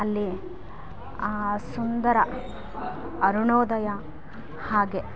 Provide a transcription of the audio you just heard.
ಅಲ್ಲಿ ಆ ಸುಂದರ ಅರುಣೋದಯ ಹಾಗೆ